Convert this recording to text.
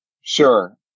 Sure